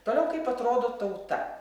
toliau kaip atrodo tauta